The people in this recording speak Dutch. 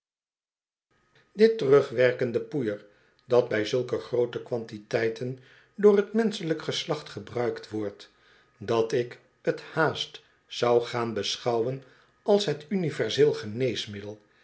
dit terugwerkende poeier dat bij zulke groot e quantiteiten door t menschelijk geslacht gebruikt wordt dat ik t haast zou gaan beschouwen als het universeel geneesmiddel